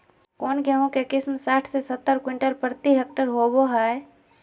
कौन गेंहू के किस्म साठ से सत्तर क्विंटल प्रति हेक्टेयर होबो हाय?